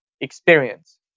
experience